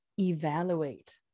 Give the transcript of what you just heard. evaluate